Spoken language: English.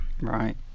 Right